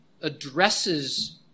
addresses